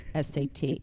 SAT